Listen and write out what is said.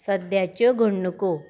सद्याच्यो घडणुको